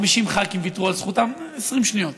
ו-50 ח"כים ויתרו על זכותם, 20 שניות.